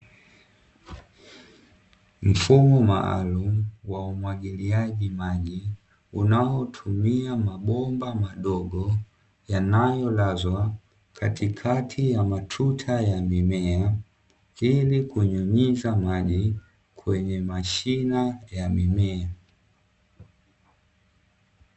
Mfumo maalumu wa umwagiliaji maji unaotumia mabomba madogo, yanayolazwa katikati ya matuta ya mimea, ili kunyunyiza maji kwenye mashina ya mimea.